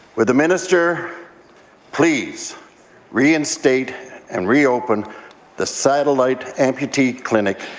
will the minister please reinstate and reopen the satellite amputee clinic